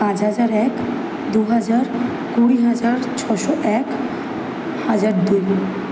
পাঁচ হাজার এক দু হাজার কুড়ি হাজার ছশো এক হাজার দু গুণ